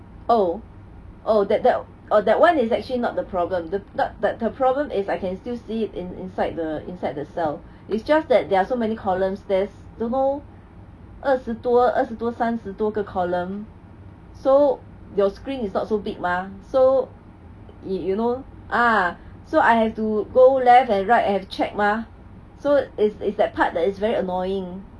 oh oh that that oh that [one] is actually not the problem the thought the the problem is I can still see it in inside the inside the cell it's just that there are so many columns there's don't know 二十多二十多三十多个 column so your screen is not so big mah so you know uh so I have to go left and right and check mah so is is that part that is very annoying